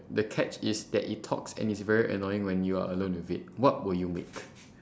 the catch is that it talks and it's very annoying when you are alone with it what will you make